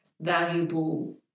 valuable